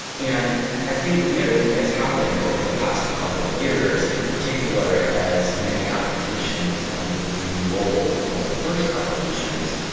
and i think the other thing that's happened over the past couple of years in particular as many applications have moved to mobile mobile first applications,